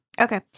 Okay